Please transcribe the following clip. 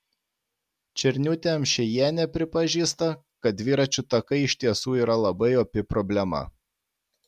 černiūtė amšiejienė pripažįsta kad dviračių takai iš tiesų yra labai opi problema